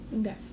Okay